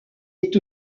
est